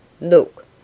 Look